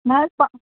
نہَ حظ پا